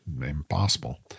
impossible